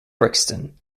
brixton